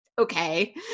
okay